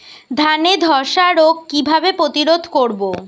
ধানে ধ্বসা রোগ কিভাবে প্রতিরোধ করব?